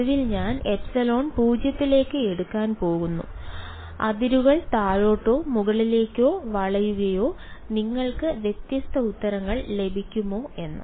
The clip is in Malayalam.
ഒടുവിൽ ഞാൻ ε → 0 എടുക്കാൻ പോകുന്നു അതിരുകൾ താഴോട്ടോ മുകളിലേക്ക് വളയുകയോ നിങ്ങൾക്ക് വ്യത്യസ്ത ഉത്തരങ്ങൾ ലഭിക്കുമോ എന്ന്